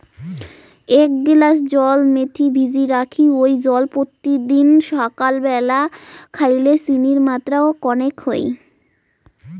এ্যাক গিলাস জল মেথি ভিজি রাখি ওই জল পত্যিদিন সাকাল ব্যালা খাইলে চিনির মাত্রা কণেক হই